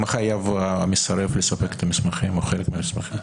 אם החייב מסרב לספק את המסמכים או חלק מהמסמכים?